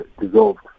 dissolved